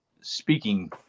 speaking